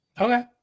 Okay